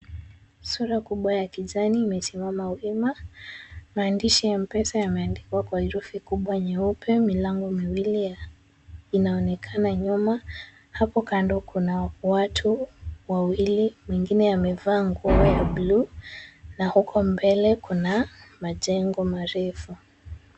Sura kubwa ya kijani imesimama wima. Maandishi ya M-Pesa yameandikwa kwa herufi kubwa nyeupe. Milango miwili inaonekana nyuma. Hapo kando kuna watu wawili. Mwingine amevaa nguo ya buluu na huko mbele kuna majengo marefu.